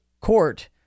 court